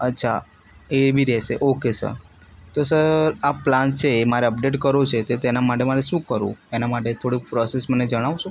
અચ્છા એ બી રહેશે સર ઓકે સર તો સર આ પ્લાન છે એ મારે અપડેટ કરવું છે તે તેના માટે મને શું કરવું એના માટે થોડુંક પ્રોસેસ મને જણાવશો